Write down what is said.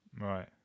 Right